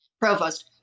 Provost